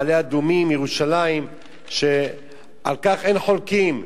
מעלה-אדומים, ירושלים, שעל כך אין חולקים.